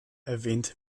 erwähnt